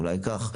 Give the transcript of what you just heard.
אולי כך.